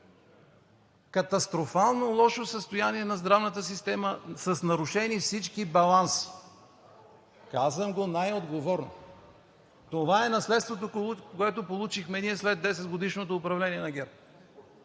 Катастрофално лошо състояние на здравната система с нарушени всички баланси. Казвам го най-отговорно. Това е наследството, което ние получихме след 10-годишното управление на ГЕРБ.